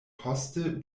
poste